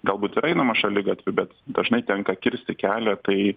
galbūt ir einama šaligatviu bet dažnai tenka kirsti kelią tai